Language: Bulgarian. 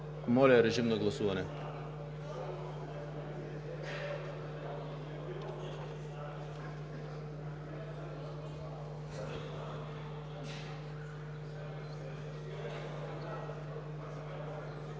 Моля, режим на гласуване.